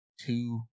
two